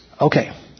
Okay